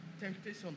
temptation